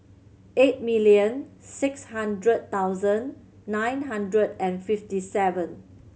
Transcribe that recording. eight million six hundred thousand nine hundred and fifty seven